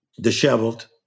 disheveled